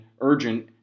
urgent